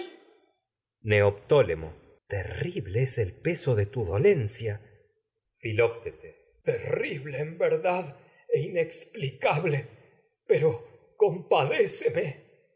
neoptólemo terrible el peso dolencia ell'ódtétes filoctetes pero terrible en verdad e inexplicable compadéceme